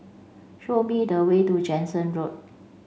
show me the way to Jansen Road